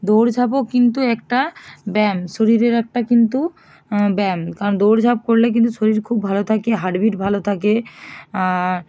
দৌড়ঝাঁপও কিন্তু একটা ব্যায়াম শরীরের একটা কিন্তু ব্যায়াম কারণ দৌড়ঝাঁপ করলে কিন্তু শরীর খুব ভালো থাকে হার্টবিট ভালো থাকে